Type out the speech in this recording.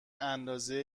اندازه